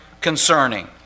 concerning